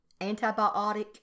antibiotic